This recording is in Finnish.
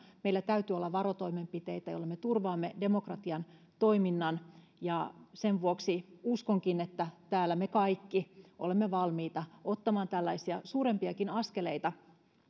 meillä täytyy olla varotoimenpiteitä joilla me turvaamme demokratian toiminnan ja sen vuoksi uskonkin että täällä me kaikki olemme valmiita ottamaan tällaisia suurempiakin askeleita